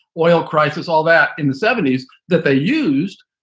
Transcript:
oil crisis, all that in the seventy s that they used.